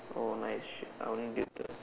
oh nice I only did the